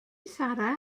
sarra